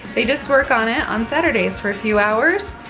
they just work on it on saturdays for a few hours.